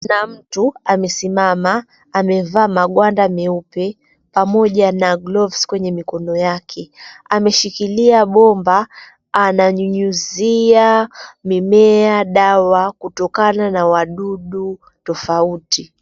Kuna mtu amesimama, amevaa magwanda meupe pamoja na gloves kwenye mikono yake. Ameshikilia bomba, ananyunyizia mimea dawa kutokana na wadudu tofauti.